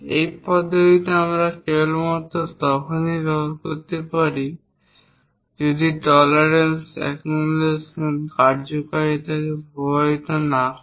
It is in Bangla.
এই পদ্ধতিটি আমরা কেবলমাত্র তখনই ব্যবহার করতে পারি যদি টলারেন্স অ্যাকুমুলেশন কার্যকারিতাকে প্রভাবিত না করে